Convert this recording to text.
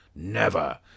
Never